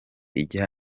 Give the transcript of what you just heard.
ijya